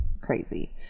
crazy